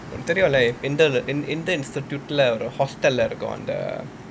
தெரியுளே:theriyulae intern institute lah hostel lah இருக்கும் அங்க:irukkum anga lah